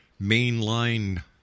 mainline